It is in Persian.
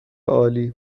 عالی